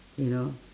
you know